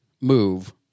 move